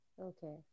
Okay